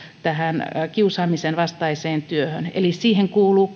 tähän kiusaamisen vastaiseen työhön eli siihen kuuluu